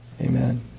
Amen